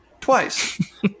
twice